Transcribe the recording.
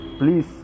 Please